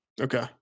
okay